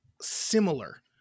similar